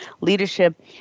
leadership